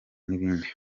n’ibindi